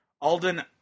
Alden